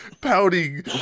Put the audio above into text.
pouting